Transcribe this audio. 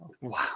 Wow